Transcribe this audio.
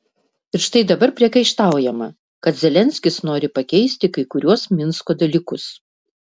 ir štai dabar priekaištaujama kad zelenskis nori pakeisti kai kuriuos minsko dalykus